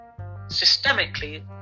systemically